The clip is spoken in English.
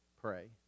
pray